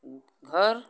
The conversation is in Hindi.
घर